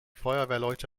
feuerwehrleute